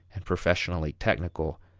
and professionally technical,